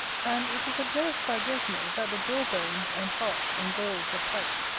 and it is observed by gesner, that the jaw-bones, and hearts, and galls of pikes,